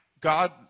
God